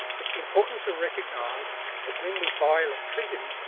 it's important to recognize that when we buy electricity,